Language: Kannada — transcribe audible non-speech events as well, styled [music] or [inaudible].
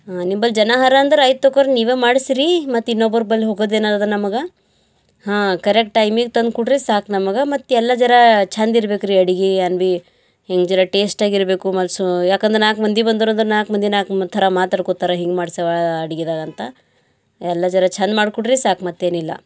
ನಿಂಬಳಿ ಜನ ಅರ ಅಂದ್ರ ಆಯ್ತು ತಗೋರ್ ನೀವೇ ಮಾಡಿಸ್ರೀ ಮತ್ತು ಇನ್ನೊಬ್ರ ಬಳಿ ಹೋಗೋದು [unintelligible] ನಮ್ಗೆ ಹಾಂ ಕರೆಕ್ಟ್ ಟೈಮಿಗೆ ತಂದ್ಕೊಡ್ರಿ ಸಾಕು ನಮಗೆ ಮತ್ತು ಎಲ್ಲ ಜರಾ ಛಂದ್ ಇರಬೇಕ್ರಿ ಅಡಿಗೆ ಏನ್ ಬಿ ಹಿಂಗೆ ಜರ ಟೇಶ್ಟಾಗಿರಬೇಕು ಮತ್ತು ಸು ಯಾಕಂದ್ರ ನಾಲ್ಕು ಮಂದಿ ಬಂದಿರಂದ್ರ ನಾಲ್ಕು ಮಂದಿ ನಾಲ್ಕು ಥರ ಮಾತಾಡ್ಕೊತಾರ ಹಿಂಗೆ ಮಾಡಿಸ್ಯಾವ ಅಡಿಗೆದಾಗಂತ ಎಲ್ಲ ಜರ ಛಂದ್ ಮಾಡಿಕೊಡ್ರಿ ಸಾಕು ಮತ್ತೇನಿಲ್ಲ